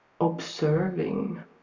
observing